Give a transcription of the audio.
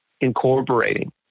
incorporating